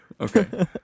Okay